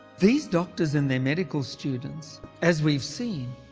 these doctors and their medical students, as we've seen,